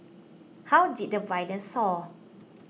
how did the violence soar